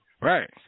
Right